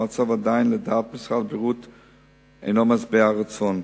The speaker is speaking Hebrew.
המצב עדיין אינו משביע רצון,